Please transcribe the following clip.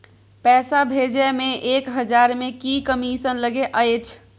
पैसा भैजे मे एक हजार मे की कमिसन लगे अएछ?